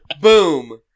boom